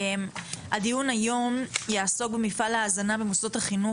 הדיון היום יעסוק במפעל ההזנה במוסדות החינוך